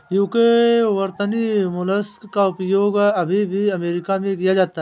UK वर्तनी mollusc का उपयोग अभी भी अमेरिका में किया जाता है